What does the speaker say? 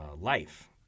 life